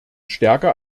stärker